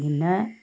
പിന്നെ